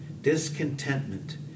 discontentment